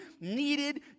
needed